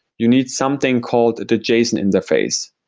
you need something called the json interface.